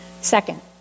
Second